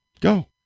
Go